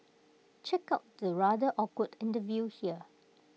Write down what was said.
check out the rather awkward interview here